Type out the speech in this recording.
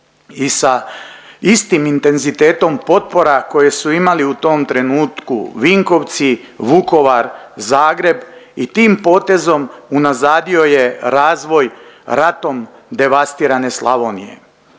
i sa istim intenzitetom potpora koje su imali u tom trenutku Vinkovci, Vukovar, Zagreb i tim potezom unazadio je razvoj ratom devastirane Slavonije.